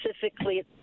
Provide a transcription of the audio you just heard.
specifically